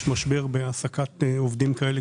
יש משבר בהעסקת עובדים כאלה,